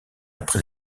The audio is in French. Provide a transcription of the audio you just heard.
après